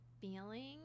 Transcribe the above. feeling